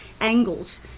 angles